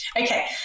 okay